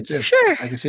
Sure